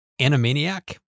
animaniac